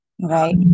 right